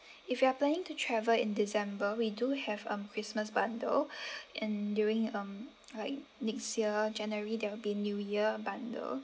if you are planning to travel in december we do have um christmas bundle and during um like next year january there will be new year bundle